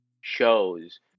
shows